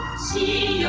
see